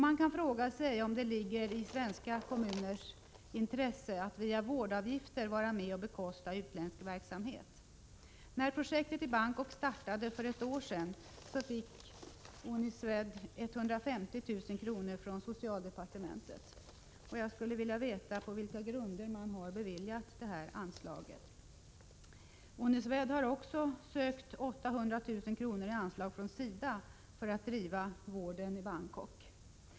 Man kan fråga sig om det ligger i svenska kommuners intresse att via vårdavgifter vara med och bekosta utländsk verksamhet. När projektet i Bangkok startade för ett år sedan fick Uniswed 150 000 kr. från socialdepartementet. Jag skulle vilja veta på vilka grunder man har beviljat detta anslag. Uniswed har också sökt 800 000 kr. i anslag från SIDA för att driva vård i Bangkok.